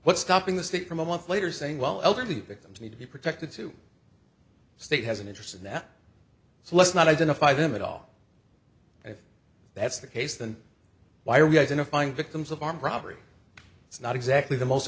what's stopping the state from a month later saying well elderly victims need to be protected to state has an interest in that so let's not identify them at all if that's the case then why are we identifying victims of armed robbery it's not exactly the most